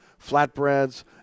flatbreads